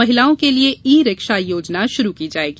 महिलाओं के लिए ई रिक्शा योजना शुरू की जायेगी